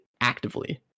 actively